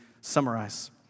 summarize